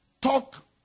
talk